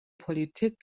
politik